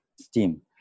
STEAM